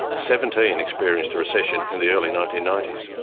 seventeen experienced a recession in the early nineteen ninety s,